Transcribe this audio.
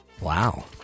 Wow